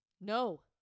no